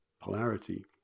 polarity